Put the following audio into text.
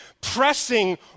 pressing